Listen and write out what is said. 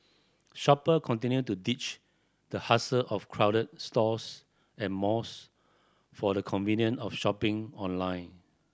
shopper continue to ditch the hassle of crowded stores and malls for the convenience of shopping online